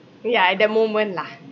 ya at the moment lah